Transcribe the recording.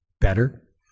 better